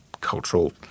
cultural